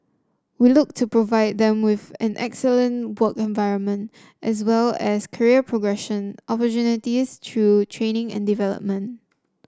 we look to provide them with an excellent work environment as well as career progression opportunities through training and development